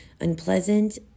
unpleasant